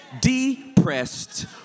depressed